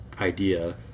idea